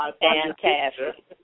fantastic